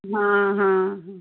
हाँ हाँ हाँ